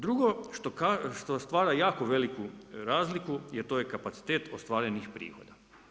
Drugo što stvara jako veliku razliku, jer to je kapacitet ostvarenih prihoda.